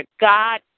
God